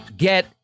Get